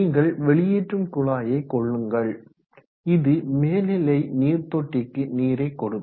நீங்கள் வெளியேற்றும் குழாயை கொள்ளுங்கள் இது மேல்நிலை நீர் தொட்டிக்கு நீரை கொடுக்கும்